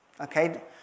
Okay